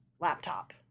laptop